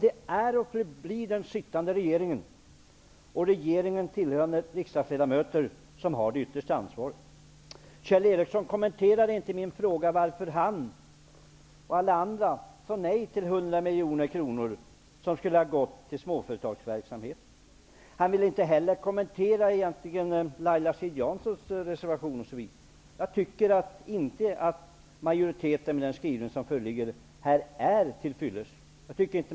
Det är och förblir den nuvarande regeringen, och de till regeringen hörande riksdagsledamöterna, som har det yttersta ansvaret. Kjell Ericsson kommenterade inte min fråga om varför han och alla andra sade nej till 100 miljoner kronor, som skulle ha gått till småföretagsverksamhet. Han vill egentligen inte heller kommentera Laila Strid-Janssons reservation. Jag tycker inte att majoritetens skrivning är till fyllest.